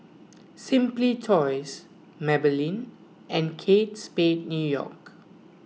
Simply Toys Maybelline and Kate Spade New York